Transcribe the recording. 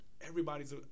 Everybody's